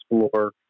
explore